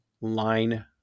line